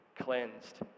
cleansed